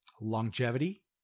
longevity